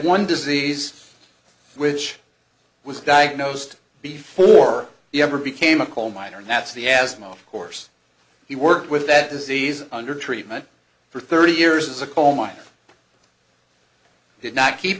one disease which was diagnosed before he ever became a coal miner and that's the asthma course he worked with that disease under treatment for thirty years as a coal miner did not keep